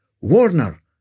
Warner